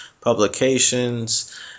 publications